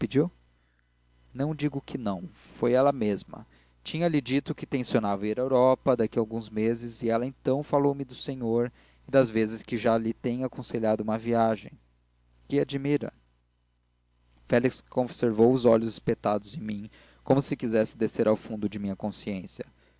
pediu não digo que não foi ela mesma tinha-lhe dito que tencionava ir à europa daqui a alguns meses e ela então falou-me do senhor e das vezes que já lhe tem aconselhado uma viagem que admira félix conservou os olhos espetados em mim como se quisesse descer ao fundo da minha consciência